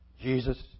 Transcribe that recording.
Jesus